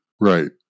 right